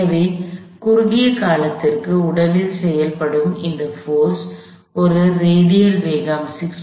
எனவே மிகக் குறுகிய காலத்திற்கு உடலில் செயல்படும் இந்த போர்ஸ் ஒரு ரேடியல் வேகம் 6